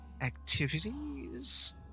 activities